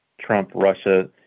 Trump-Russia